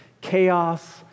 chaos